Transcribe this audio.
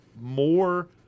more